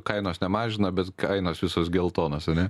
kainos nemažina bet kainos visos geltonos ane